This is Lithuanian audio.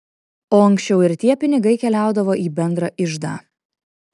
o ankščiau ir tie pinigai keliaudavo į bendrą iždą